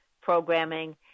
programming